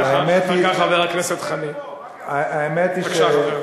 קודם כול,